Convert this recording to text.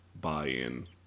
buy-in